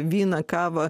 vyną kavą